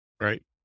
right